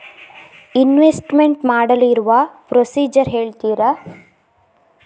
Investment ಮಾಡಲು ಇರುವ procedure ಹೇಳ್ತೀರಾ?